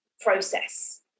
process